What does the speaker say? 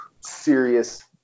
serious